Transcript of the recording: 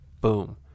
boom